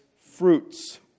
fruits